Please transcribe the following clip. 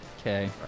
Okay